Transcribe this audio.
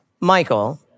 Michael